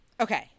okay